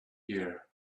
here